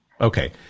Okay